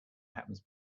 happens